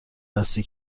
دستی